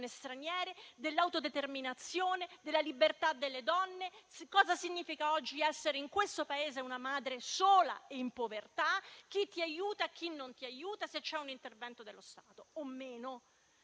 straniere, dell'autodeterminazione e della libertà delle donne; di cosa significa oggi essere in questo Paese una madre sola e in povertà, chi ti aiuta e chi non ti aiuta; se c'è un intervento dello Stato o meno;